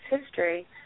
history